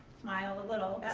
smile a little.